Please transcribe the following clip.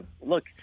Look